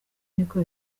niko